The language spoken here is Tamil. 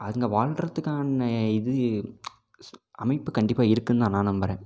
அங்கே வாழ்கிறத்துக்கான இது அமைப்பு கண்டிப்பாக இருக்குனு நான் நம்புறேன்